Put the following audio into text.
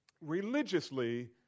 religiously